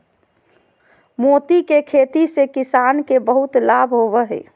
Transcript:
मोती के खेती से किसान के बहुत लाभ होवो हय